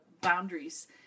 boundaries